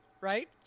right